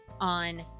on